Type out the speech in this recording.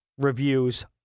reviews